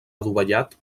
adovellat